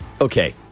Okay